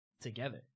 together